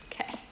Okay